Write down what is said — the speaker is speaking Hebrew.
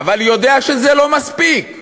אבל יודע שזה לא מספיק.